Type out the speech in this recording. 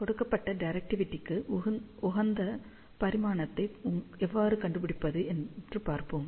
கொடுக்கப்பட்ட டிரெக்டிவிடிக்கு உகந்த பரிமாணத்தை எவ்வாறு கண்டுபிடிப்பது என்று பார்ப்போம்